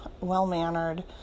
well-mannered